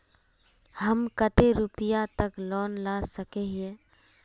हम कते रुपया तक लोन ला सके हिये?